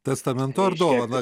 testamentu ar dovaną